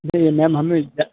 नहीं मैम हमें